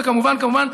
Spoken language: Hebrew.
וכמובן כמובן,